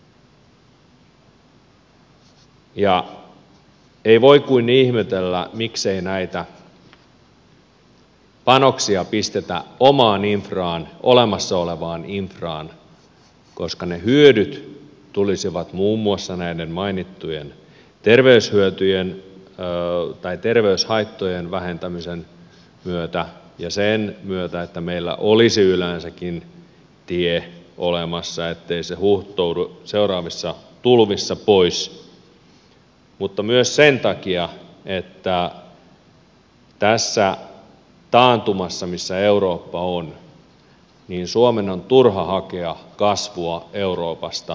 ja ei voi kuin ihmetellä miksei näitä panoksia pistetä omaan infraan olemassa olevaan infraan koska ne hyödyt tulisivat muun muassa näiden mainittujen terveyshyötyjen tai terveyshaittojen vähentämisen myötä ja sen myötä että meillä olisi yleensäkin tie olemassa ettei se huuhtoudu seuraavissa tulvissa pois mutta myös sen takia että tässä taantumassa missä eurooppa on suomen on turha hakea kasvua euroopasta